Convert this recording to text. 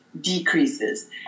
decreases